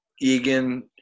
Egan